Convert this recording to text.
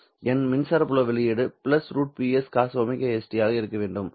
என் மின்சார புல வெளியீடு √Ps cosωs t ஆக இருக்க வேண்டும்